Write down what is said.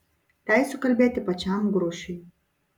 leisiu kalbėti pačiam grušiui